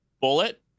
bullet